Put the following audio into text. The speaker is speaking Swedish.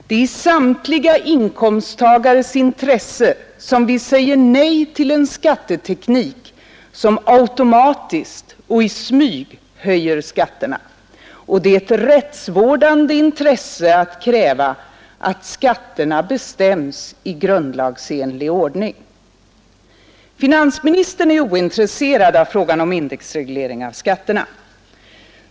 Det är i samtliga inkomsttagares intresse som vi säger nej till en skatteteknik, som automatiskt och i smyg höjer skatterna. Och det är ett rättsvårdande intresse att kräva, att skatterna bestäms i grundlagsenlig ordning. Finansministern är ointresserad av frågan om indexreglering av skatterna.